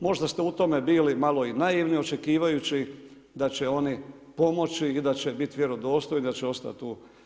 Možda ste u tome bili malo i naivni očekivajući da će oni pomoći i da će biti vjerodostojni, da će ostati tu.